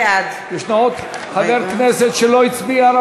בעד האם יש עוד חבר כנסת שלא הצביע?